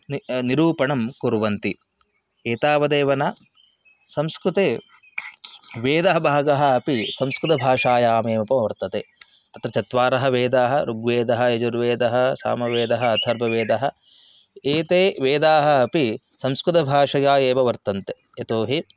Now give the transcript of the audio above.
नि निरूपणं कुर्वन्ति एतावदेव न संस्कृते वेदः भागः अपि संस्कृतभाषायामेव वर्तते तत्र चत्वारः वेदाः ऋग्वेदः यजुर्वेदः सामवेदः अथर्ववेदः एते वेदाः अपि संस्कृतभाषया एव वर्तन्ते यतो हि